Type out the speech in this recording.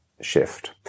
shift